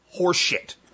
horseshit